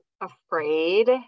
afraid